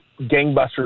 gangbusters